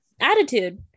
attitude